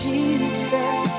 Jesus